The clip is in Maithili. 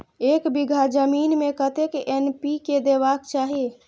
एक बिघा जमीन में कतेक एन.पी.के देबाक चाही?